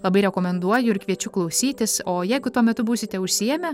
labai rekomenduoju ir kviečiu klausytis o jeigu tuo metu būsite užsiėmę